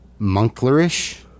monklerish